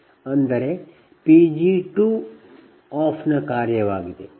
ಅದು Pg2 ನ ಕಾರ್ಯವಾಗಿದೆ